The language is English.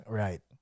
right